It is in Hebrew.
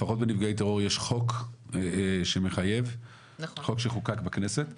לפחות לנפגעי טרור יש חוק שחוקק בכנסת שמחייב.